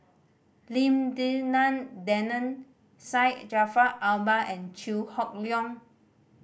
Lim Denan Denon Syed Jaafar Albar and Chew Hock Leong